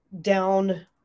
down